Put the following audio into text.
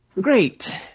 Great